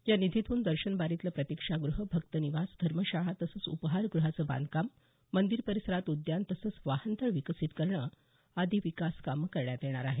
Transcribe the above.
या निधीतून दर्शनबारीतलं प्रतिक्षागृह भक्तनिवास धर्मशाळा तसंच उपहारगृहाचं बांधकाम मंदिर परिसरात उद्यान तसंच वाहनतळ विकसित करणं आदी विकास कामं करण्यात येणार आहेत